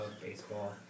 baseball